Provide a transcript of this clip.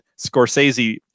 Scorsese